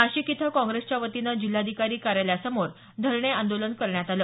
नाशिक इथं काँग्रेसच्या वतीने जिल्हाधिकारी कार्यालयासमोर धरणे आंदोलन करण्यात आलं